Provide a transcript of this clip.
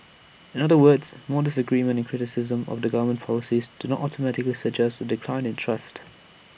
in other words more disagreement and criticism of the government policies do not automatically suggest A decline in trust